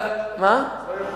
לא יכול להיות.